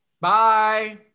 bye